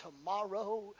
tomorrow